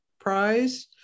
Prize